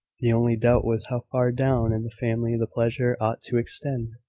the only doubt was how far down in the family the pleasure ought to extend.